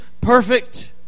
perfect